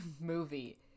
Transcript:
movie